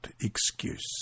excuse